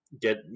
Get